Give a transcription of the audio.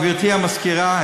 גברתי המזכירה,